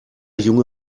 junge